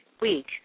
week